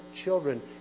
children